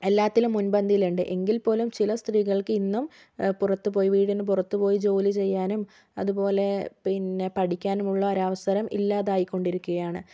എല്ലാറ്റിലും മുൻപന്തിയിൽ ഉണ്ട് എങ്കിൽ പോലും ചില സ്ത്രീകൾക്ക് ഇന്നും പുറത്ത് പോയി വീട്ടിൽ നിന്ന് പുറത്ത് പോയി ജോലി ചെയ്യാനും അതുപോലെ പിന്നെ പഠിക്കാനും ഉള്ളൊരു അവസരം ഇല്ലാതായിക്കൊണ്ടിരിക്കുകയാണ്